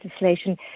legislation